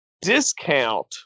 discount